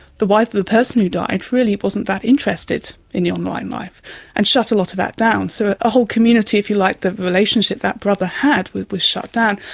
the wife of the person who died really wasn't that interested in the online life and shut a lot of that down. so a whole community, if you like, the relationship that brother had was shut down.